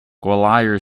gwalior